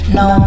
no